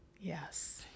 Yes